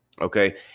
Okay